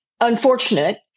unfortunate